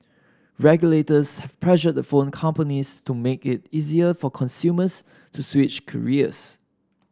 regulators have pressured the phone companies to make it easier for consumers to switch carriers